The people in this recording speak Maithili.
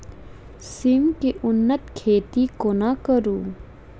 सिम केँ उन्नत खेती कोना करू?